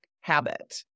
habit